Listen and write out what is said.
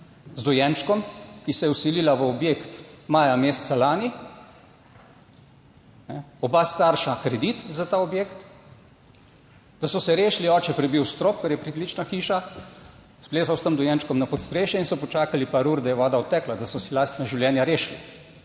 z dojenčkom, ki se je vselila v objekt maja meseca lani, oba starša kredit za ta objekt, da so se rešili, oče prebil strop, ker je pritlična hiša, splezal s tem dojenčkom na podstrešje in so počakali par ur, da je voda odtekla, da so si lastna življenja rešili